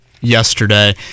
yesterday